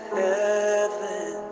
heaven